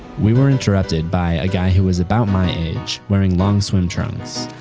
we were interrupted by a guy who was about my age, wearing long swim trunks.